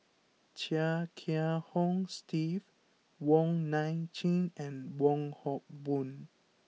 Chia Kiah Hong Steve Wong Nai Chin and Wong Hock Boon